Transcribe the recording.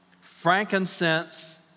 frankincense